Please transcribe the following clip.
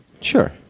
Sure